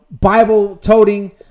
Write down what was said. Bible-toting